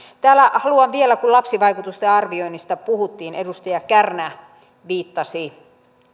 haluan vielä todeta kun lapsivaikutusten arvioinnista puhuttiin edustaja kärnä viittasi